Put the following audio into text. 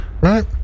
Right